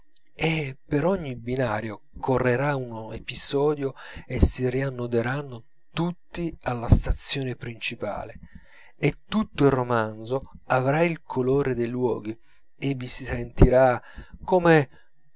e per ogni binario correrà un episodio e si riannoderanno tutti alla stazione principale e tutto il romanzo avrà il colore dei luoghi e vi si sentirà come